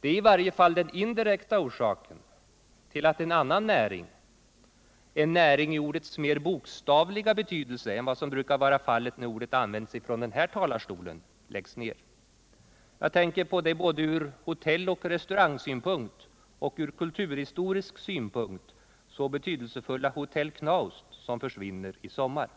Det är i varje fall den indirekta orsaken till att en annan näring — en näring i ordets mer bokstavliga betydelse än vad som brukar vara fallet när ordet används från denna talarstol —- läggs ned. Jag tänker på det både från hotelloch restaurangsynpunkt och från kulturhistorisk synpunkt så betydelsefulla Hotell Knaust, som försvinner i sommar.